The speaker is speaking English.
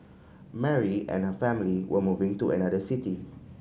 Mary and her family were moving to another city